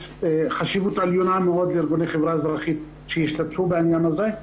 יש חשיבות עליונה לארגוני החברה האזרחית שישתתפו בעניין הזה.